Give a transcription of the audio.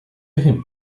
him